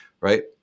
Right